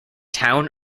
town